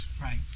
Right